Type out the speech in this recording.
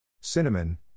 Cinnamon